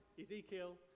Ezekiel